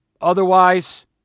Otherwise